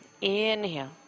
Inhale